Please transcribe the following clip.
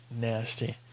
nasty